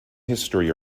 history